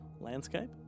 landscape